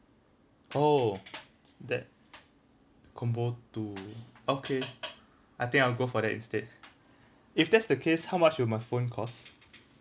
oh that combo two okay I think I will go for that instead if that's the case how much will my phone cost